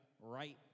right